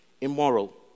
Immoral